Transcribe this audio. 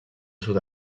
sud